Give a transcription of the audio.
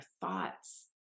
thoughts